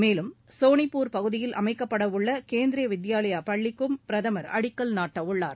மேலும் சோனிப்பூர் பகுதியில் அமைக்கப்பட உள்ள கேந்திரியா வித்யாலயா பள்ளிக்கும் பிரதம் அடக்கல் நாட்ட உள்ளார்